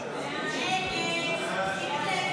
הסתייגות 30 לא נתקבלה.